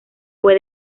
fue